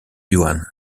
yuan